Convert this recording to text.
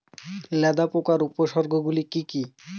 লেদা পোকার উপসর্গগুলি কি কি?